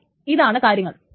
പക്ഷെ ഇതാണ് കാര്യങ്ങൾ